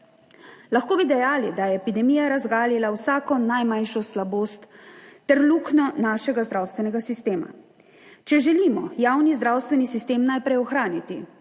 Lahko bi dejali, da je epidemija razgalila vsako najmanjšo slabost ter luknjo našega zdravstvenega sistema. Če želimo javni zdravstveni sistem najprej ohraniti